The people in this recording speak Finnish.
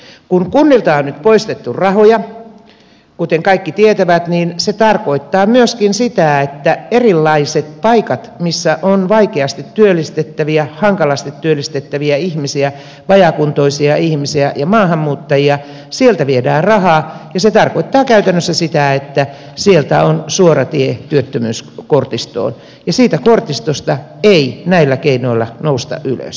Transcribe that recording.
kun kunnilta on nyt poistettu rahoja kuten kaikki tietävät niin se tarkoittaa myöskin sitä että erilaisista paikoista joissa on vaikeasti työllistettäviä hankalasti työllistettäviä ihmisiä vajaakuntoisia ihmisiä ja maahanmuuttajia viedään rahaa ja se tarkoittaa käytännössä sitä että sieltä on suora tie työttömyyskortistoon ja siitä kortistosta ei näillä keinoilla nousta ylös